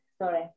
Sorry